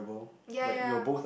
ya ya